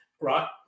right